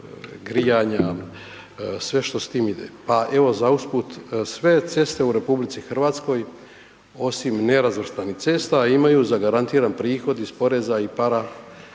grijanja, sve što s tim ide. Pa evo, za usput, sve ceste u RH osim nerazvrstanih cesta imaju zagarantiran prihod iz poreza i